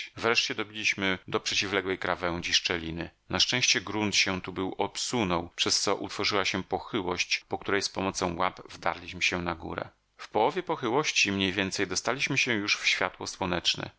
wreszcie dobiliśmy do przeciwległej krawędzi szczeliny na szczęście grunt się tu był obsunął przez co utworzyła się pochyłość po której z pomocą łap wdarliśmy się na górę w połowie pochyłości mniej więcej dostaliśmy się już w światło słoneczne